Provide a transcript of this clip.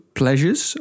pleasures